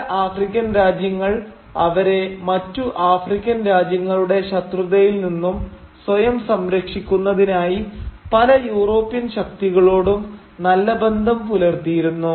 ചില ആഫ്രിക്കൻ രാജ്യങ്ങൾ അവരെ മറ്റു ആഫ്രിക്കൻ രാജ്യങ്ങളുടെ ശത്രുതയിൽ നിന്നും സ്വയം സംരക്ഷിക്കുന്നതിനായി പല യൂറോപ്യൻ ശക്തികളോടും നല്ല ബന്ധം പുലർത്തിയിരുന്നു